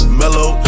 mellow